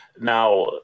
Now